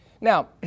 Now